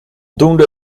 doende